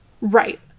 right